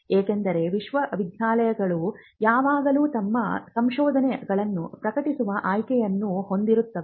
ಏಕೆಂದರೆ ವಿಶ್ವವಿದ್ಯಾಲಯಗಳು ಯಾವಾಗಲೂ ತಮ್ಮ ಸಂಶೋಧನೆಗಳನ್ನು ಪ್ರಕಟಿಸುವ ಆಯ್ಕೆಯನ್ನು ಹೊಂದಿರುತ್ತವೆ